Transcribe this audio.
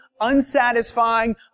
unsatisfying